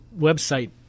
website